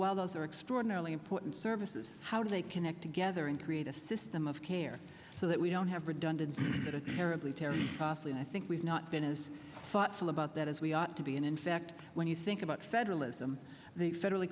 while those are extraordinarily important services how do they connect to gather and create a system of care so that we don't have redundant terribly terribly costly and i think we've not been as thoughtful about that as we ought to be and in fact when you think about federalism the federally